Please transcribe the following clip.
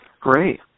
Great